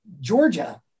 Georgia